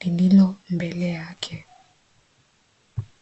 lililo mbele yake .